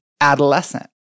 adolescent